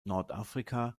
nordafrika